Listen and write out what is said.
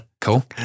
cool